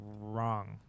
wrong